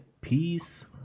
peace